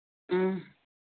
ꯎꯝ